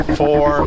four